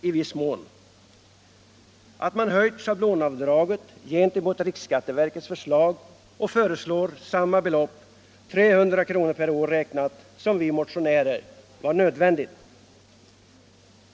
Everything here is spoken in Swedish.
Att man har höjt schablonavdraget gentemot riksskatteverkets förslag och föreslår samma belopp, 300 kr. per år räknat, som vi motionärer har yrkat var nödvändigt.